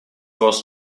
was